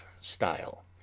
style